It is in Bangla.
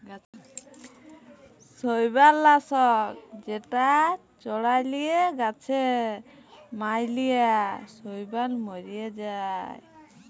শৈবাল লাশক যেটা চ্ড়ালে গাছে ম্যালা শৈবাল ম্যরে যায়